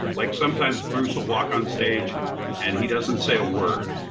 like sometimes bruce will walk on stage and he doesn't say a word.